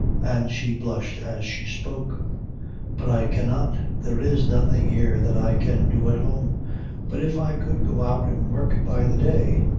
and she blushed as she spoke but i cannot. there is nothing here that i can do at home but if i could go out and work by the day,